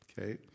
okay